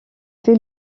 fait